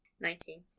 Nineteen